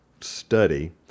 study